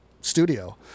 studio